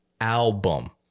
album